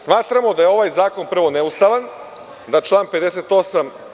Smatramo da je ovaj zakon, prvo, neustavan, da član 58.